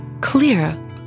clear